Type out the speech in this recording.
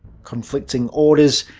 conflicting orders,